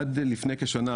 עד לפני כשנה,